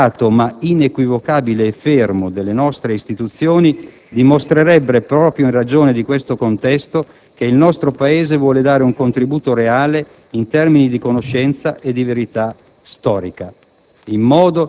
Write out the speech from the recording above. equilibrato, ma inequivocabile e fermo - delle nostre istituzioni dimostrerebbe, proprio in ragione di questo contesto, che il nostro Paese vuole dare un contributo reale, in termini di conoscenza e di verità storica,